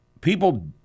People